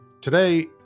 Today